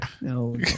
no